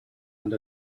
and